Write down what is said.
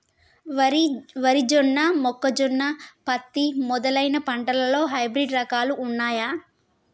వరి జొన్న మొక్కజొన్న పత్తి మొదలైన పంటలలో హైబ్రిడ్ రకాలు ఉన్నయా?